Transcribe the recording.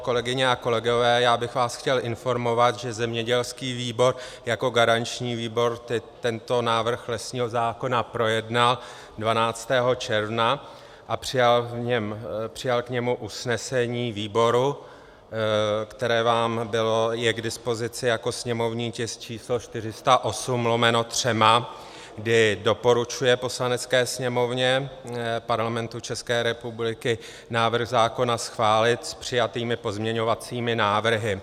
Kolegyně a kolegové, já bych vás chtěl informovat, že zemědělský výbor jako garanční výbor tento návrh lesního zákona projednal 12. června a přijal k němu usnesení výboru, které vám je k dispozici jako sněmovní tisk číslo 408/3, kdy doporučuje Poslanecké sněmovně Parlamentu České republiky návrh zákona schválit s přijatými pozměňovacími návrhy.